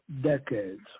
decades